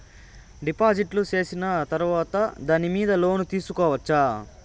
డిపాజిట్లు సేసిన తర్వాత దాని మీద లోను తీసుకోవచ్చా?